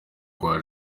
kwa